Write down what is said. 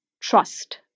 trust